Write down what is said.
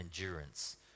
endurance